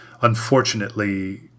unfortunately